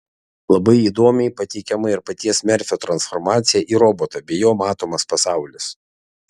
labai įdomiai pateikiama ir paties merfio transformacija į robotą bei jo matomas pasaulis